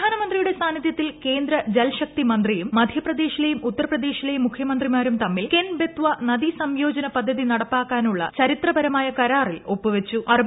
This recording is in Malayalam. പ്രധാനമന്ത്രിയുടെ സാന്നീധ്യത്തിൽ കേന്ദ്ര ജൽശക്തി മന്ത്രിയും മധ്യപ്രദേശിലെയും ഉത്തർപ്രദേശിലേയും മുഖ്യമന്ത്രിമാരും തമ്മിൽ കെൻ ബെത്ച നദീസംയോജന പദ്ധതി നടപ്പാക്കാനുളള ചരിത്രപരമായ കരാറിൽ ഒപ്പ് വച്ചു